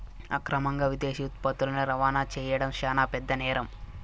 అక్రమంగా విదేశీ ఉత్పత్తులని రవాణా చేయడం శాన పెద్ద నేరం